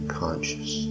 conscious